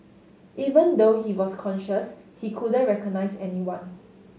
even though he was conscious he couldn't recognise anyone